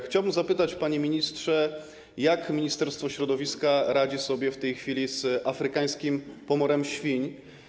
Chciałbym zapytać, panie ministrze, jak Ministerstwo Środowiska radzi sobie w tej chwili z afrykańskim pomorem świń.